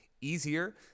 easier